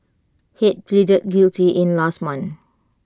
Head pleaded guilty in last month